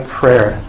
prayer